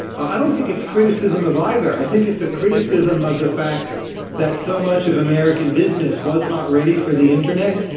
i don't think it's criticism of either. i think it's a criticism of the fact that so much of american business was not ready for the internet.